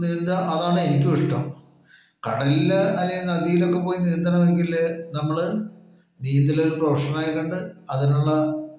നീന്തുക അതാണ് എനിക്കും ഇഷ്ടം കടലില് അല്ലെങ്കില് നദിയില് ഒക്കെ പോയി നീന്തണമെങ്കില് നമ്മള് നീന്തല് ഒരു പ്രൊഫഷണൽ ആയി കണ്ട് അതിനുള്ള